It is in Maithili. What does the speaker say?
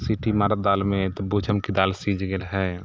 सीटी मारत दालिमे तऽ बूझब कि दालि सीझ गेल हइ